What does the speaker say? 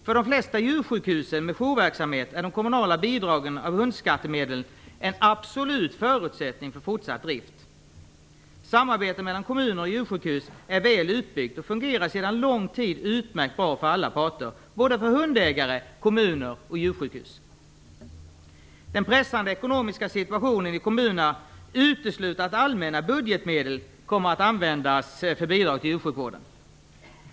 För flertalet djursjukhus med jourverksamhet är de kommunala bidragen av hundskattemedel en absolut förutsättning för fortsatt drift. Samarbetet mellan kommuner och djursjukhus är väl utbyggt och fungerar sedan lång tid utmärkt för alla parter - hundägare, kommuner och djursjukhus. Den pressande ekonomiska situationen i kommunerna utesluter att allmänna budgetmedel kommer att användas för bidrag till djursjukvården.